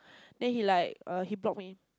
then he like err he block me